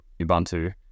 Ubuntu